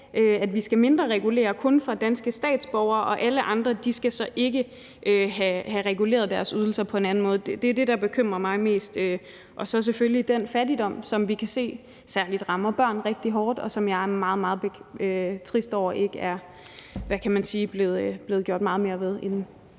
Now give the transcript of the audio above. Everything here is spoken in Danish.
at vi skal regulere kun for danske statsborgere, og at alle andre så ikke skal have reguleret deres ydelser på en anden måde. Det er det, der bekymrer mig mest, og så selvfølgelig den fattigdom, som vi kan se særlig rammer børn rigtig hårdt, og som jeg er meget, meget trist over at der ikke er blevet gjort meget mere ved.